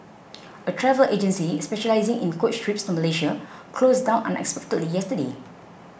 a travel agency specialising in coach trips to Malaysia closed down unexpectedly yesterday